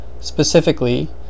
specifically